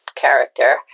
character